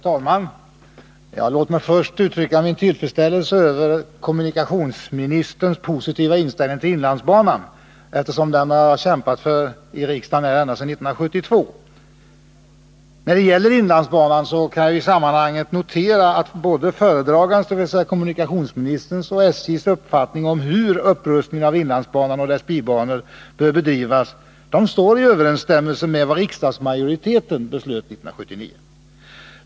Herr talman! Låt mig först få uttrycka min tillfredsställelse över kommunikationsministerns positiva inställning till inlandsbanan. Den banan har jag kämpat för här i riksdagen ända sedan 1972. När det gäller inlandsbanan vill jag i sammanhanget notera att föredragandens, dvs. kommunikationsministerns, och SJ:s uppfattning om hur upprustning av inlandsbanan och dess bibanor bör bedrivas står i överensstämmelse med vad riksdagsmajoriteten beslöt år 1979.